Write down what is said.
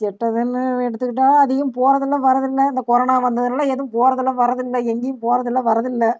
கெட்டதுனு எடுத்துக்கிட்டால் அதிகம் போவதில்ல வர்றதில்லை இந்த கொரோனா வந்ததுனால எதுவும் போவதில்ல வர்றதில்லை எங்கேயும் போவதில்ல வர்றதில்லை